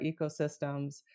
ecosystems